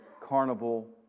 carnival